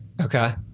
Okay